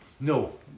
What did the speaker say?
No